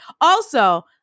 Also-